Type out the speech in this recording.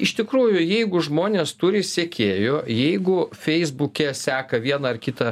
iš tikrųjų jeigu žmonės turi sekėjų jeigu feisbuke seka vieną ar kitą